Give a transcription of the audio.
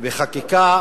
חקיקה